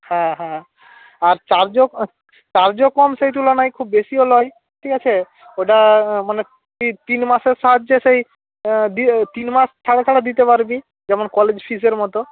হ্যাঁ হ্যাঁ আর চার্জও চার্জও কম সেই তুলনায় খুব বেশিও নয় ঠিক আছে ওইটা মানে তিন মাসের সাহায্যে সেই দিয়ে তিন মাস ছাড়া ছাড়া দিতে পারবি যেমন কলেজ ফিজের মতো